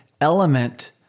element